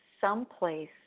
someplace